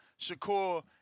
Shakur